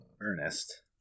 Ernest